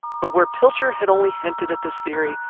but where pilcher had only hinted at this theory,